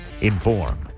inform